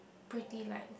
pretty lights